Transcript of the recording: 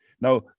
Now